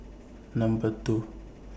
Number two